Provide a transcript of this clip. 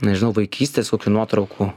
nežinau vaikystės kokių nuotraukų